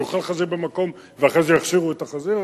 אז הוא אוכל חזיר במקום ואחרי זה יכשירו את החזיר?